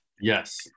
yes